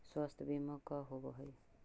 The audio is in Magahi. स्वास्थ्य बीमा का होव हइ?